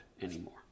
anymore